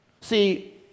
See